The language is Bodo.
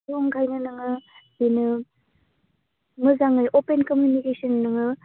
स' ओंखायनो नोङो बिनो मोजाङै अपेन कमिउनिकेस'न नोङो